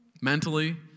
Mentally